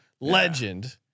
legend